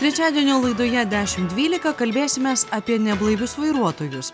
trečiadienio laidoje dešim dvylika kalbėsimės apie neblaivius vairuotojus